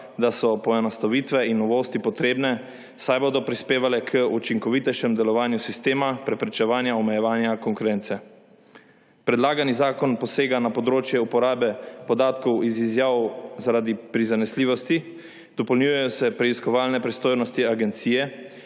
da so poenostavitve in novosti potrebne, saj bodo prispevale k učinkovitejšemu delovanju sistema preprečevanja omejevanja konkurence. Predlagani zakon posega na področje uporabe podatkov iz izjav zaradi prizanesljivosti, dopolnjujejo se preiskovalne pristojnosti agencije,